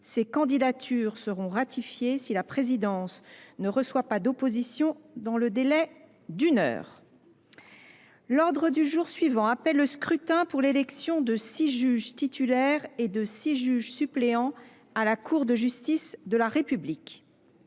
Ces candidatures seront ratifiées si la présidence ne reçoit pas d’opposition dans le délai d’une heure. L’ordre du jour appelle le scrutin pour l’élection de six juges titulaires et de six juges suppléants à la Cour de justice de la République.